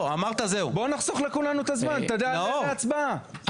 בוא נחסוך לכולנו את הזמן ותעלה את זה להצבעה.